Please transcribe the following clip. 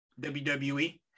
WWE